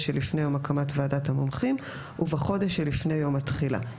שלפני יום הקמת ועדת המומחים ובחודש שלפני יום התחילה,